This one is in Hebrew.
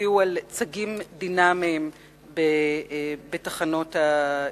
על צגים דינמיים בתחנות האיסוף.